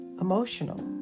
emotional